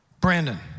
Brandon